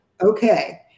okay